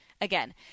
again